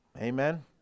Amen